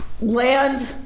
land